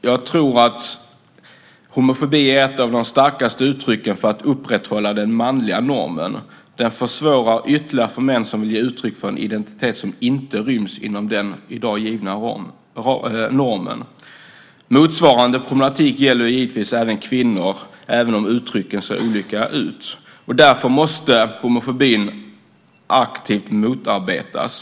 Jag tror att homofobi är ett av de starkaste uttrycken för att upprätthålla den manliga normen. Den försvårar ytterligare för män som vill ge uttryck för en identitet som i dag inte ryms inom den i dag givna normen. Motsvarande problematik gäller naturligtvis även kvinnor, även om uttrycken ser olika ut. Därför måste homofobin aktivt motarbetas.